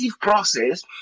process